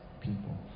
people